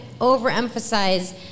overemphasize